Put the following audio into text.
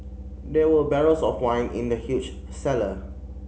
there were barrels of wine in the huge cellar